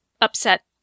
upset